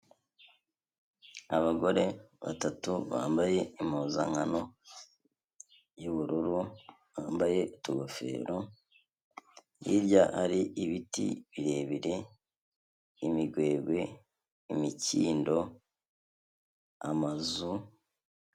Abagore batatu bambaye impuzankano y'ubururu, bambaye utugofero, hirya hari ibiti birebire imigwegwe, imikindo, amazu...